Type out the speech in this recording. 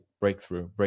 breakthrough